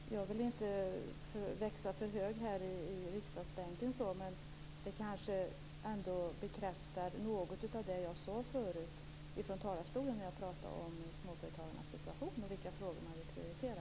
Fru talman! Jag vill inte växa mig för hög här i riksdagsbänken. Men detta kanske ändå bekräftar något av det som jag sade förut i talarstolen. Jag pratade om småföretagarnas situation och om vilka frågor de vill prioritera.